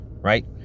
Right